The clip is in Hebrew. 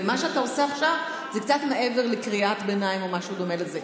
ומה שאתה עושה עכשיו זה קצת מעבר לקריאת ביניים או משהו דומה לזה,